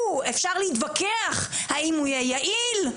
אפשר להתווכח האם הוא יהיה יעיל,